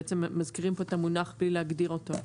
בעצם מזכירים פה את המונח בלי להגדיר אותו.